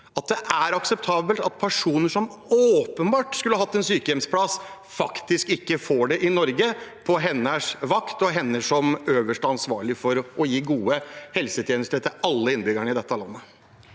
at det er akseptabelt at personer som åpenbart skulle hatt en sykehjemsplass, ikke får det i Norge på hennes vakt og med henne som øverste ansvarlig for å gi gode helsetjenester til alle innbyggerne i dette landet?